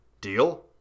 Deal